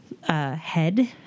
head